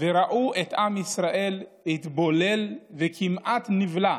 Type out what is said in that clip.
וראו את עם ישראל מתבולל וכמעט נבלע